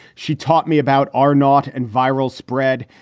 she taught me about our not and viral spread.